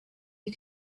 you